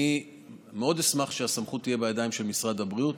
אני אשמח מאוד שהסמכות תהיה בידיים של משרד הבריאות.